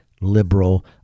liberal